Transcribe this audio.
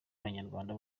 abanyarwanda